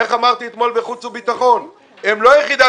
בוועדת החוץ והביטחון אמרתי אתמול שהם לא יחידה